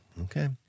okay